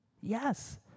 Yes